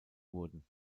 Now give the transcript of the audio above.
wurden